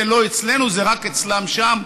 זה לא אצלנו, זה רק אצלם שם?